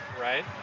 right